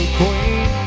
queen